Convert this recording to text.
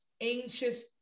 anxious